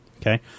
okay